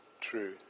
true